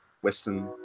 western